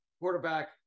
quarterback